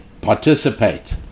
participate